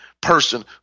person